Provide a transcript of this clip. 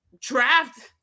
draft